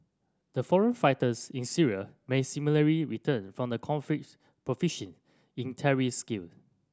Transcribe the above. the foreign fighters in Syria may similarly return from the conflict proficient in terrorist skill